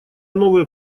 новые